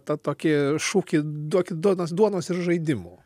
tą tokį šūkį duokit duonos duonos ir žaidimų